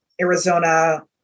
Arizona